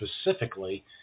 specifically